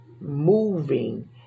moving